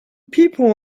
people